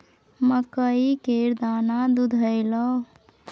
मकइ केर दाना दुधेलौ?